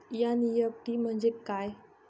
NEFT म्हणजे काय?